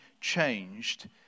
changed